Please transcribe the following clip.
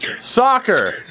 Soccer